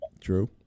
True